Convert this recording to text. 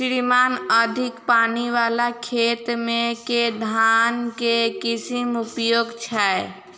श्रीमान अधिक पानि वला खेत मे केँ धान केँ किसिम उपयुक्त छैय?